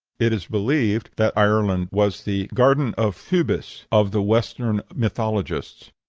it is believed that ireland was the garden of phoebus of the western mythologists.